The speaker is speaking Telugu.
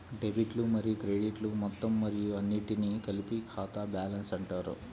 డెబిట్లు మరియు క్రెడిట్లు మొత్తం మరియు అన్నింటినీ కలిపి ఖాతా బ్యాలెన్స్ అంటారు